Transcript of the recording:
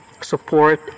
support